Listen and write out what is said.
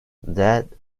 that